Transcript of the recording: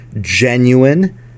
genuine